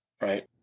right